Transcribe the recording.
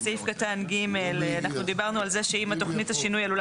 בסעיף קטן (ג) אנחנו דיברנו על זה שאם התוכנית השינוי עלולה